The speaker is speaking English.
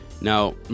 now